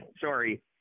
sorry